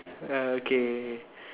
okay